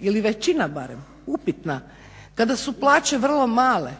ili većina barem upitna, kada su plaće vrlo male.